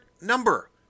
number